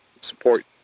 support